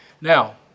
Now